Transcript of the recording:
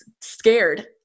scared